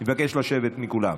אני מבקש מכולם לשבת.